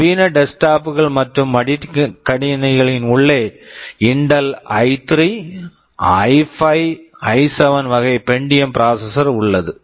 நவீன desktop desktop கள் மற்றும் மடிக்கணினி laptop களின் உள்ளே இன்டெல் intel ஐ3 i3 ஐ5 i5 ஐ7 i7 வகை பென்டியம் Pentium ப்ராசஸர் processor உள்ளது